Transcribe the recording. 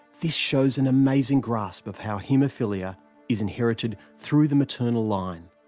this shows an amazing grasp of how haemophilia is inherited through the maternal line.